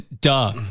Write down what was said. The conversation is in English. Duh